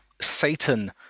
satan